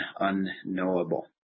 unknowable